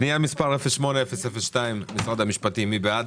פנייה מספר 08-002 משרד המשפטים, מי בעד?